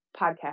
podcast